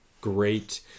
great